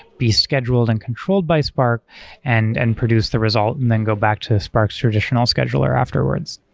be scheduled and control by spark and and produce the result and then go back to spark's traditional scheduler afterwards.